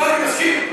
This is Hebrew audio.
מסכים?